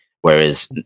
whereas